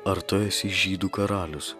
ar tu esi žydų karalius